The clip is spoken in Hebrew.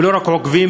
ולא רק עוקבים,